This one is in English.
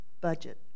budget